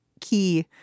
key